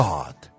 God